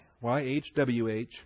Y-H-W-H